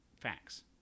facts